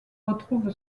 retrouve